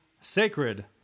sacred